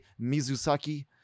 Mizusaki